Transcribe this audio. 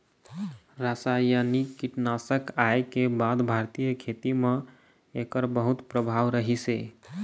रासायनिक कीटनाशक आए के बाद भारतीय खेती म एकर बहुत प्रभाव रहीसे